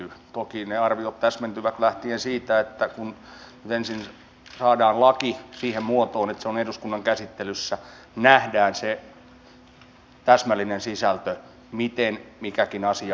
toki ne arviot täsmentyvät lähtien siitä että kun nyt ensin saadaan laki siihen muotoon että se on eduskunnan käsittelyssä niin nähdään se täsmällinen sisältö miten mikäkin asia muuttuu